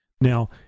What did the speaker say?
Now